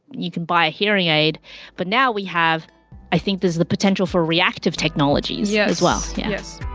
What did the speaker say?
you can buy a hearing aid but now, we have i think this is the potential for reactive technologies yeah as well yes